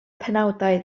penawdau